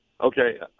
Okay